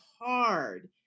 hard